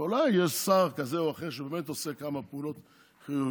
אולי יש שר כזה או אחר שבאמת עושה כמה פעולות חיוביות,